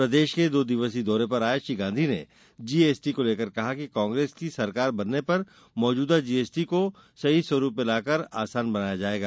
प्रदेश के दो दिवसीय दौरे पर आये श्री गांधी ने जीएसटी को लेकर कहा कि कांग्रेस की सरकार बनने पर मौजूदा जीएसटी को सही स्वरूप में लाकर आसान बनाया जायेगा